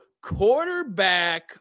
quarterback